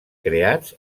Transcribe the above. creats